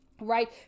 Right